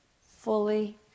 fully